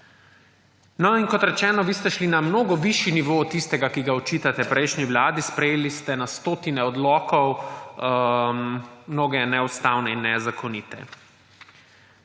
moremo. Kot rečeno, vi ste šli na mnogi višji nivo od tistega, ki ga očitate prejšnji vladi, sprejeli ste na stotine odlokov, mnoge neustavne in nezakonite.